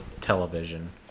television